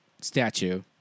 statue